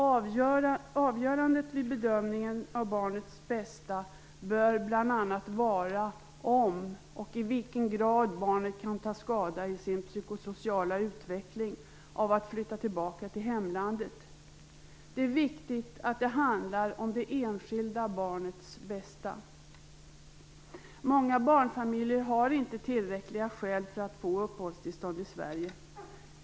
Avgörandet vid bedömningen av barnets bästa bör bl.a. vara om och i vilken grad barnet kan ta skada i sin psykosociala utveckling av att flytta tillbaka till hemlandet. Det är viktigt att det handlar om det enskilda barnets bästa. Många barnfamiljer har inte tillräckliga skäl för att få uppehållstillstånd i Sverige.